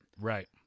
Right